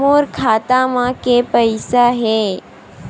मोर खाता म के पईसा हे?